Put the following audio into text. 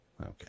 Okay